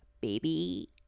baby